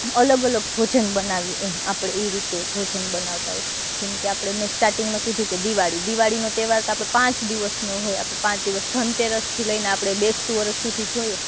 અલગ અલગ ભોજન બનાવીએ એમ આપણે એ રીતે ભોજન બનાવતા હોય જેમકે આપણે મેં સ્ટાર્ટિંગમાં કીધું કે દિવાળી દિવાળીનો તહેવાર તો આપણે પાંચ દિવસનો હોય આપણે પાંચ દિવસ ધનતેરસથી લઈને આપણે બેસતું વર્ષ સુધી જોઈએ